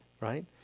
right